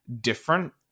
different